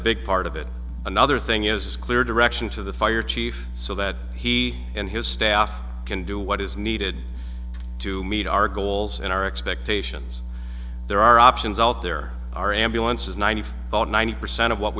big part of it another thing is clear direction to the fire chief so that he and his staff can do what is needed to meet our goals and our expectations there are options out there are ambulances ninety five ninety percent of what